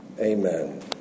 Amen